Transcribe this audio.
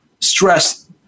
stress